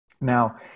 Now